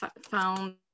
found